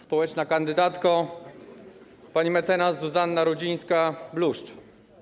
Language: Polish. Społeczna Kandydatko Pani Mecenas Zuzanno Rudzińska-Bluszcz!